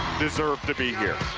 deserve to be here.